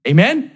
Amen